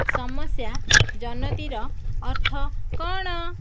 ସମସ୍ୟା ଜନଟିର ଅର୍ଥ କ'ଣ